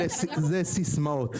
אלה סיסמאות.